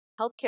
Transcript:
healthcare